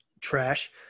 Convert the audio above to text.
trash